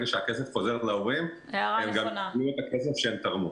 שהכסף חוזר להורים הם גם יקבלו את הכסף שהם תרמו.